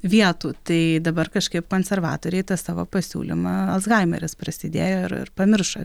vietų tai dabar kažkaip konservatoriai tą savo pasiūlymą alzhaimeris prasidėjo ir ir pamiršo